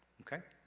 okay?